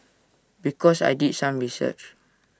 because I did some research